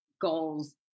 goals